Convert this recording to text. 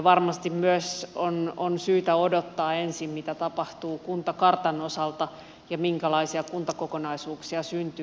varmasti myös on syytä odottaa ensin mitä tapahtuu kuntakartan osalta ja minkälaisia kuntakokonaisuuksia syntyy